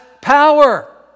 power